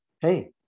Hey